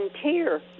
volunteer